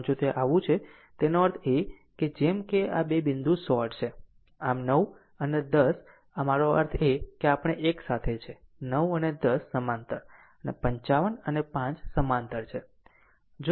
આમ જો તે આવું છે તેનો અર્થ એ કે જેમ કે આ બે બિંદુ શોર્ટ છે આમ 9 અને 10 મારો અર્થ એ છે કે આપણે એક સાથે છે 9 અને 10 સમાંતર અને 55 અને 5 સમાંતર છે